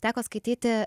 teko skaityti